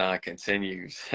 continues